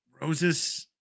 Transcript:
Roses